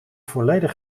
volledig